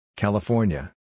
California